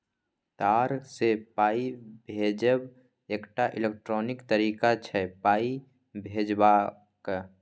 तार सँ पाइ भेजब एकटा इलेक्ट्रॉनिक तरीका छै पाइ भेजबाक